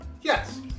Yes